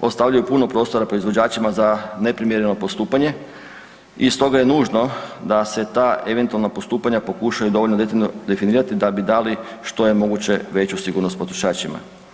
ostavljaju puno prostora proizvođačima za neprimjereno postupanje i stoga je nužno da se ta eventualna postupanja pokušaju dovoljno detaljno definirati da bi dali što je moguće veću sigurnost potrošačima.